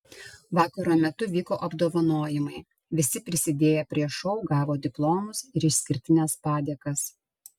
vakaro metu vyko apdovanojimai visi prisidėję prie šou gavo diplomus ir išskirtines padėkas